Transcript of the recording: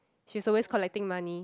she is always collecting money